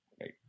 right